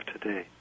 today